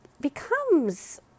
becomes